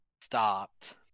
stopped